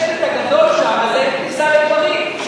השלט הגדול שם זה "אין כניסה לגברים".